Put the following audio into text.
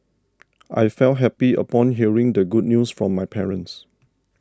I felt happy upon hearing the good news from my parents